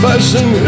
Fashion